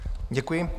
Děkuji.